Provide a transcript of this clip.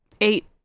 Eight